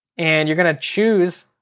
and you're gonna choose,